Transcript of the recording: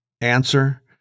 answer